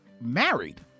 married